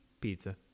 pizza